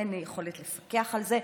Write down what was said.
אין יכולת לפקח על זה.